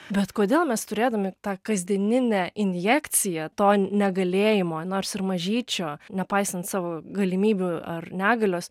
bet kodėl mes turėdami tą kasdieninę injekciją to negalėjimo nors ir mažyčio nepaisant savo galimybių ar negalios